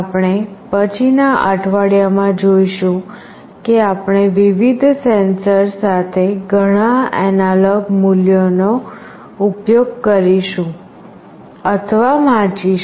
આપણે પછીનાં અઠવાડિયામાં જોઈશું કે આપણે વિવિધ સેન્સર સાથે ઘણાં એનાલોગ મૂલ્યોનો ઉપયોગ કરીશું અથવા વાંચીશું